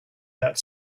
that